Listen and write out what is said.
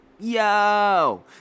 Yo